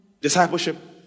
discipleship